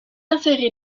inséré